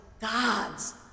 God's